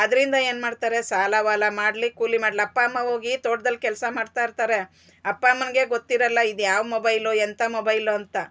ಅದ್ರಿಂದ ಏನ್ ಮಾಡ್ತಾರೆ ಸಾಲ ವಾಲ ಮಾಡ್ಲಿ ಕೂಲಿ ಮಾಡ್ಲಿ ಅಪ್ಪ ಅಮ್ಮ ಓಗಿ ತೋಟ್ದಲ್ ಕೆಲ್ಸ ಮಾಡ್ತಾ ಇರ್ತಾರೆ ಅಪ್ಪ ಅಮ್ಮನ್ಗೆ ಗೊತ್ತಿರಲ್ಲ ಇದು ಯಾವ್ ಮೊಬೈಲು ಎಂತ ಮೊಬೈಲು ಅಂತ